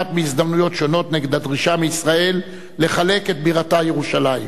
שהשמעת בהזדמנויות שונות נגד הדרישה מישראל לחלק את בירתה ירושלים.